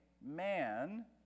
man